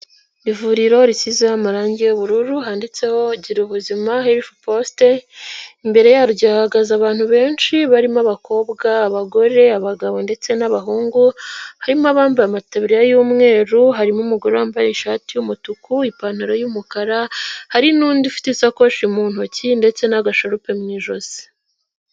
Ivuriro risizeho amarangi y'ubururu handitseho "Girubuzima Health Post". Imbere yaryo hahagaze abantu benshi barimo: abakobwa, abagore, abagabo ndetse n'abahungu. Harimo abambaye amataburiya y'umweru. Harimo umugore wambaye ishati y'umutuku, ipantaro y'umukara, hari n'undi ufite isakoshi mu ntoki ndetse n'agasharupe mu ijosi.